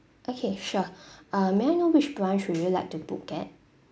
okay sure uh may I know which branch would you like to book at